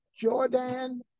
Jordan